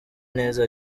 neza